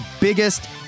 biggest